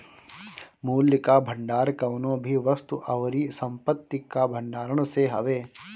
मूल्य कअ भंडार कवनो भी वस्तु अउरी संपत्ति कअ भण्डारण से हवे